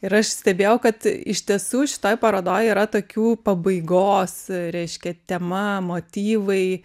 ir aš stebėjau kad iš tiesų šitoj parodoj yra tokių pabaigos reiškia tema motyvai